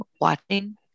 watching